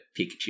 Pikachu